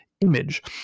image